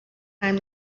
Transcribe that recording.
time